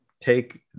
take